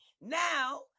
now